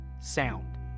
sound